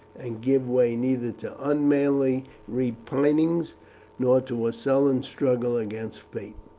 and give way neither to unmanly repinings nor to a sullen struggle against fate.